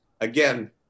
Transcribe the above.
again